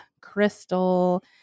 crystal